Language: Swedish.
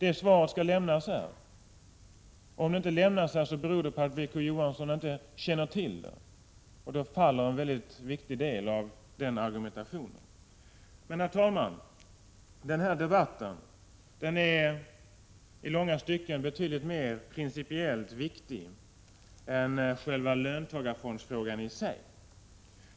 Å. Johansson inte lämnar det beskedet här beror det på att han inte känner till det, och då faller en viktig del av argumentationen. Herr talman! Denna debatt är i långa stycken betydligt mer principiellt viktig än själva löntagarfondsfrågan i sig.